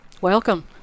Welcome